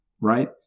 Right